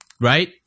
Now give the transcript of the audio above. right